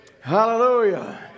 Hallelujah